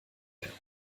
werden